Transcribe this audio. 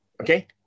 okay